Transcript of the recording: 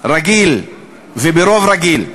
רגיל וברוב רגיל.